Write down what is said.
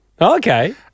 Okay